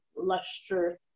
luster